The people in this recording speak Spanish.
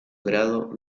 grado